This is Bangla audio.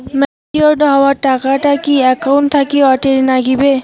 ম্যাচিওরড হওয়া টাকাটা কি একাউন্ট থাকি অটের নাগিবে?